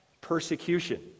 persecution